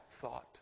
thought